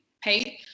paid